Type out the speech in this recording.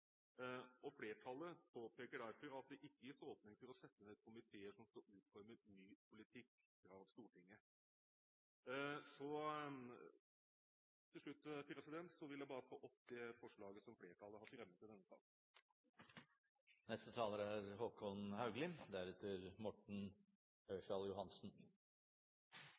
Flertallet påpeker derfor at det ikke gis åpning for å sette ned komiteer som skal utforme ny politikk fra Stortinget. Til slutt vil jeg bare anbefale komiteens innstilling. Det er forskjell på å møte saklig motstand og ikke å ha ytringsfrihet. Forslaget